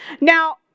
Now